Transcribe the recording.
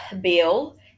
Bill